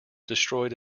destroyed